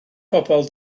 bobol